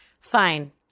Fine